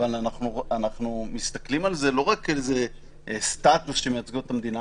אבל אנחנו מסתכלים על זה לא רק כעל איזה סטטוס שהן מייצגות את המדינה,